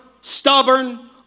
stubborn